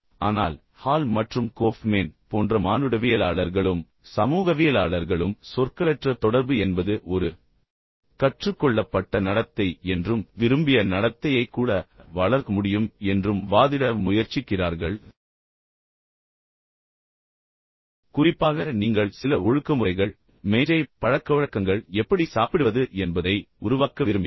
ஆனால் ஹால் மற்றும் கோஃப்மேன் போன்ற மானுடவியலாளர்களும் சமூகவியலாளர்களும் சொற்களற்ற தொடர்பு என்பது ஒரு கற்றுக்கொள்ளப்பட்ட நடத்தை என்றும் விரும்பிய நடத்தையை கூட வளர்க்க முடியும் என்றும் வாதிட முயற்சிக்கிறார்கள் குறிப்பாக நீங்கள் சில ஒழுக்கமுறைகள் மேஜை பழக்கவழக்கங்கள் எப்படி சாப்பிடுவது என்பதை உருவாக்க விரும்பினால்